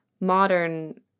modern